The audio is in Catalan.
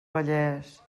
vallès